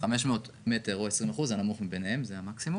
כי יכול להיות שמה שיש לך מספיק הוא כבר 50% מכל הקו הכחול החדש.